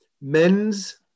men's